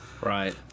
Right